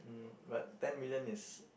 but ten million is